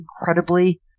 incredibly